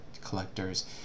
collectors